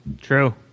True